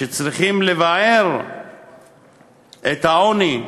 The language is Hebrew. שצריכים לבער את העוני,